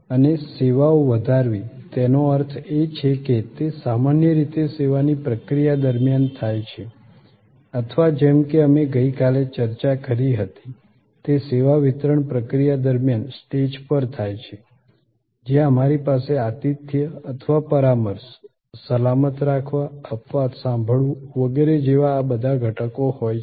અને સેવાઓ વધારવી તેનો અર્થ એ છે કે તે સામાન્ય રીતે સેવાની પ્રક્રિયા દરમિયાન થાય છે અથવા જેમ કે અમે ગઈકાલે ચર્ચા કરી હતી તે સેવા વિતરણ પ્રક્રિયા દરમિયાન સ્ટેજ પર થાય છે જ્યાં અમારી પાસે આતિથ્ય અથવા પરામર્શ સલામત રાખવા અપવાદ સંભાળવું વગેરે જેવા આ બધા ઘટકો હોય છે